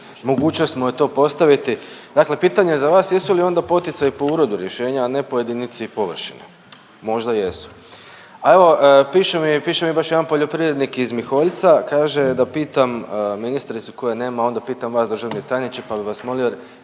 mogućnost mu to postaviti. Dakle, pitanje za vas jesu li onda poticaji po uredu rješenja, a ne po jedinici i površini? Možda jesu. A evo piše mi, piše mi baš jedan poljoprivrednik iz Miholjca. Kaže da pitam ministricu koje nema onda pitam vas državni tajniče, pa bih vas molio